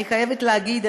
אני חייבת להגיד,